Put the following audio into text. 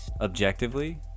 objectively